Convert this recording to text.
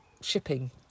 shipping